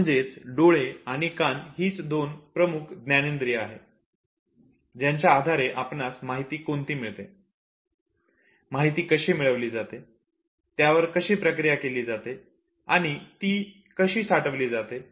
म्हणजेच डोळे आणि कान हीच दोन प्रमुख ज्ञानेंद्रिये आहे ज्यांच्या आधारे आपणास माहिती कोणती मिळते माहिती कशी मिळवली जाते त्यावर कशी प्रक्रिया केली जाते आणि ती कशी साठविली जाते